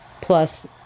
plus